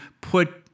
put